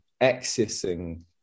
accessing